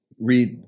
read